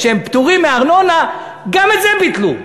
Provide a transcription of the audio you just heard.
שהם פטורים מארנונה, גם את זה הם ביטלו.